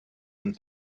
and